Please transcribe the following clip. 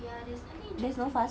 ya there's nothing interesting